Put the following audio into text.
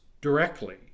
directly